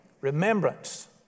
Remembrance